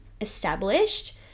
established